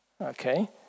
Okay